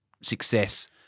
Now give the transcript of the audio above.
success